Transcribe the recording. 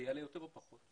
יעלה יותר או פחות?